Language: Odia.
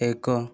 ଏକ